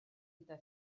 gyda